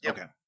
Okay